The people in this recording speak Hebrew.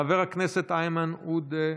חבר הכנסת איימן עודה,